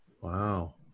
Wow